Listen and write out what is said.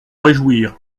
réjouir